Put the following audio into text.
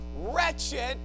wretched